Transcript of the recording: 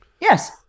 Yes